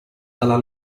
dalla